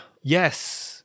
Yes